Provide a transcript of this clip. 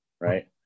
Right